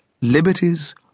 liberties